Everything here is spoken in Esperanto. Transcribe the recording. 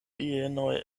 bienoj